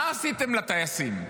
מה עשיתם לטייסים,